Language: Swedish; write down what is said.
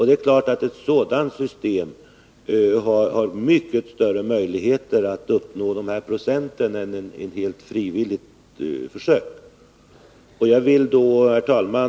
Det är klart att man med ett sådant system har mycket större möjligheter att uppnå 75 96 återvinning än vad som är fallet i ett försök som helt bygger på frivillighet.